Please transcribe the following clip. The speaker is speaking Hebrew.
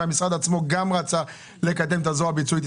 והמשרד עצמו גם רצה לקדם את הזרוע הביצועית.